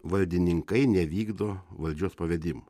valdininkai nevykdo valdžios pavedimų